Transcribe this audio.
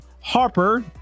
Harper